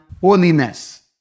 holiness